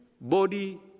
body